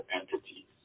entities